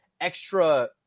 extra